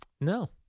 No